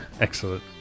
Excellent